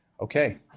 okay